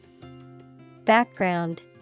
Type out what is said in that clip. Background